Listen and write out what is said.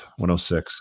106